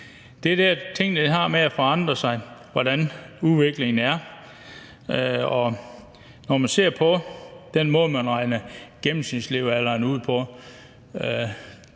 69 år. Tingene har det med at forandre sig, efter hvordan udviklingen er, og ser man på den måde, man regner gennemsnitslevealderen